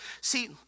See